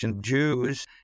Jews